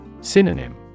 Synonym